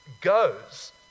goes